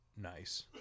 nice –